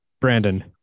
Brandon